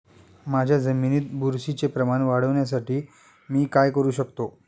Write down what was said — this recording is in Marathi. माझ्या जमिनीत बुरशीचे प्रमाण वाढवण्यासाठी मी काय करू शकतो?